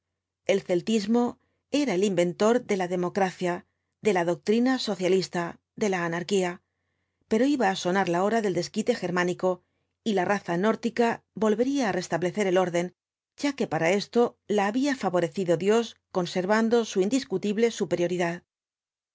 el celtismo era el inventor de la democracia de la doctrina socialista de la anarquía pero iba á sonar la hora del desquite germánico y la raza nórtica volvería á restablecer el orden ya que para esto la había favorecido dios conservando su indiscutible superioridad